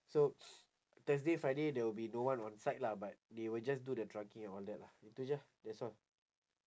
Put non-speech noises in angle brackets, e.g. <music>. so <noise> thursday friday there will be no one on-site lah but they will just do the trunking and all that lah itu je ah that's all